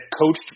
coached